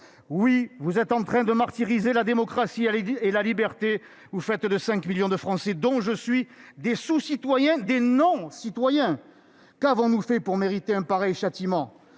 Oui, vous êtes en train de martyriser la démocratie et la liberté. Vous faites de 5 millions de Français, dont je suis, des sous-citoyens, des non-citoyens. Qu'avons-nous fait pour mériter pareil châtiment ?